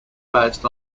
based